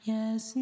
Yes